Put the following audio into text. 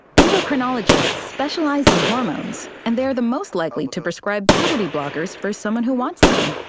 endocrinologists specialize in hormones, and they're the most likely to prescribe puberty blockers for someone who wants them.